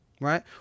right